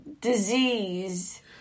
disease